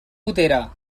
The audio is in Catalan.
gotera